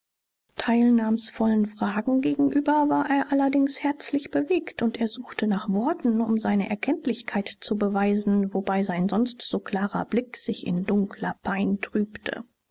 teilnahmsvollen fragen gegenüber war er allerdings herzlich bewegt und er suchte nach worten um seine erkenntlichkeit zu beweisen wobei sein sonst so klarer blick sich in dunkler pein trübte